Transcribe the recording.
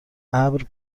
ابر